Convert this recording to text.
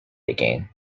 again